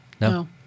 No